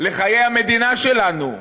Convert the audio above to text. לחיי המדינה שלנו,